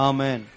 Amen